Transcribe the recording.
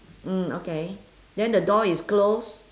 mm okay then the door is close